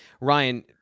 Ryan